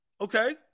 Okay